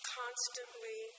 constantly